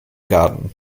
garten